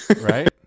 Right